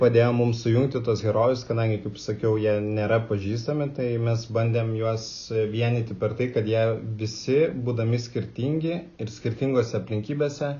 padėjo mums sujungti tuos herojus kadangi kaip sakiau jie nėra pažįstami tai mes bandėm juos vienyti per tai kad jie visi būdami skirtingi ir skirtingose aplinkybėse